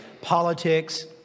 politics